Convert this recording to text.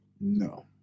No